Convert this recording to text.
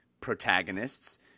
protagonists